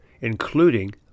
including